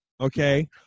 okay